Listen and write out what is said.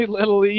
Little